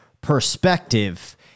perspective